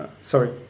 sorry